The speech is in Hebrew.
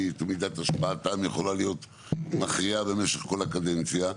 ומידת השפעתם יכולה להיות מכריעה במשך כל הקדנציה,